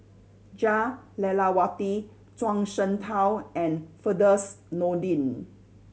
Jah Lelawati Zhuang Shengtao and Firdaus Nordin